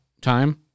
time